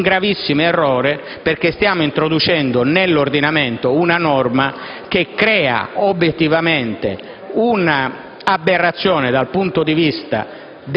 un gravissimo errore, perché stiamo introducendo nell'ordinamento una norma che, da un lato, crea obiettivamente un'aberrazione dal punto di vista